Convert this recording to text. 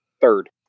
Third